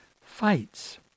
fights